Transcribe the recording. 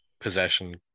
possession